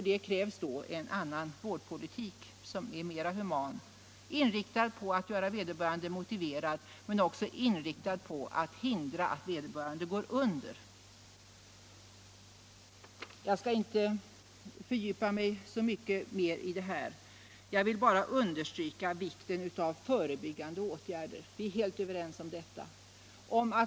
Det krävs en annan vårdpolitik som är mer human, som är inriktad på att göra vederbörande motiverad men också på att hindra att vederbörande går under. Jag skall inte fördjupa mig så mycket mer i detta; jag vill bara understryka vikten av förebyggande åtgärder. Vi är helt överens om detta.